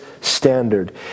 standard